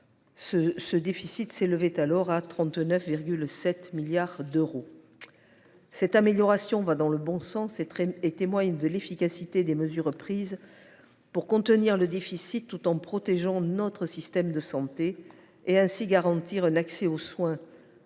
celui ci s’élevait à 39,7 milliards d’euros. Cette amélioration va dans le bon sens. Elle témoigne de l’efficacité des mesures prises pour contenir le déficit tout en protégeant notre système de santé et ainsi garantir un accès aux soins